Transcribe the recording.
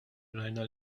rajna